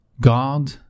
God